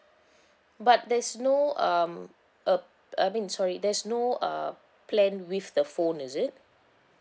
but there's no um uh p~ I mean sorry there's no uh plan with the phone is it